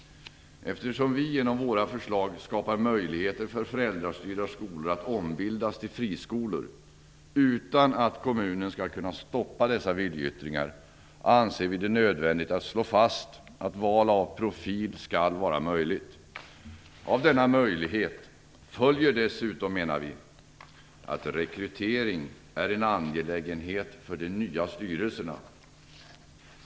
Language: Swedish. Eftersom vi genom våra förslag vill skapa möjligheter för föräldrastyrda skolor att ombildas till friskolor utan att kommunen skall kunna stoppa sådana viljeyttringar, anser vi det nödvändigt att slå fast att val av profil skall vara möjligt. Av en sådan möjlighet följer dessutom, menar vi, att rekrytering blir en angelägenhet för de nya styrelserna.